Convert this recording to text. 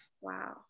Wow